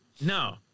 no